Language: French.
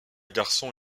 garçon